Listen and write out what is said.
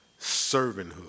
servanthood